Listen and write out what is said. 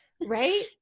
Right